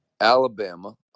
Alabama